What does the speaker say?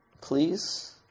please